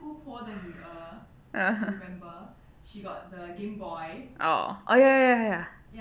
uh oh oh ya ya ya ya ya